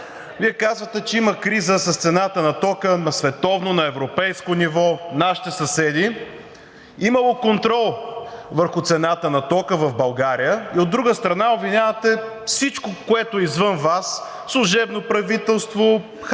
Вие казвате, че има криза с цената на тока на световно, на европейско ниво, нашите съседи. Имало контрол върху цената на тока в България, и от друга страна, обвинявате всичко, което е извън Вас – служебно правителство,